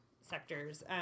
sectors